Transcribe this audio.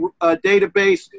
database